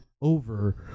over